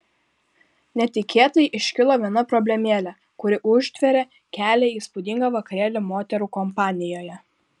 netikėtai iškilo viena problemėlė kuri užtvėrė kelią į įspūdingą vakarėlį moterų kompanijoje